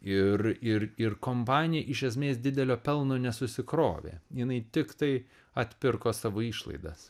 ir ir ir kompanija iš esmės didelio pelno nesusikrovė jinai tiktai atpirko savo išlaidas